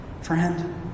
friend